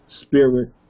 spirit